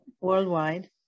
worldwide